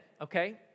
okay